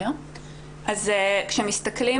כשמסתכלים